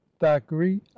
thackeray